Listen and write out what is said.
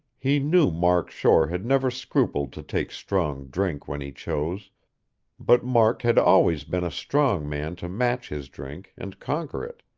he knew mark shore had never scrupled to take strong drink when he chose but mark had always been a strong man to match his drink, and conquer it.